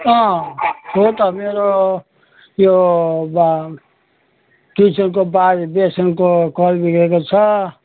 अँ हो त मेरो यो किचनको बाहिर बेसनको कल बिग्रेको छ